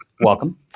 Welcome